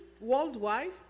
worldwide